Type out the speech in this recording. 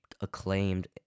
acclaimed